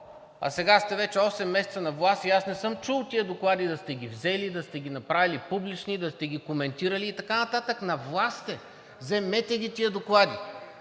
а сега сте вече осем месеца на власт и аз не съм чул тези доклади да сте ги взели, да сте ги направили публични, да сте коментирали и така нататък. На власт сте! Вземете ги тези доклади!